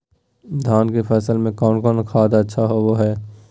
धान की फ़सल में कौन कौन खाद अच्छा होबो हाय?